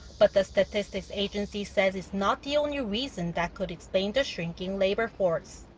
but the statistics agency says it's not the only reason that could explain the shrinking labor force.